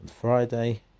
Friday